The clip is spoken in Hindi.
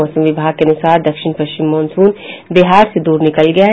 मौसम विभाग के अनुसार दक्षिण पश्चिम मॉनसून बिहार से दूर निकल गया है